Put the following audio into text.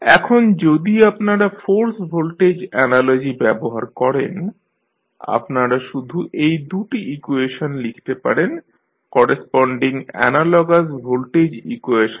এখন যদি আপনারা ফোর্স ভোল্টেজ অ্যানালজি ব্যবহার করেন আপনারা শুধু এই দু'টি ইকুয়েশন লিখতে পারেন করেস্পনডিং অ্যানালগাস ভোল্টেজ ইকুয়েশনে